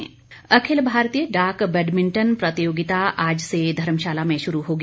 प्रतियोगिता अखिल भारतीय डाक बैडमिंटन प्रतियोगिता आज से धर्मशाला में शुरू होगी